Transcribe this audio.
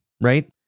Right